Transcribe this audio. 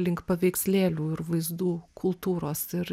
link paveikslėlių ir vaizdų kultūros ir